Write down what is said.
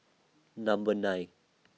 Number nine